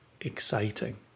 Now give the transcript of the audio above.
exciting